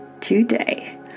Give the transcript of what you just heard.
today